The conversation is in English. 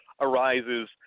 arises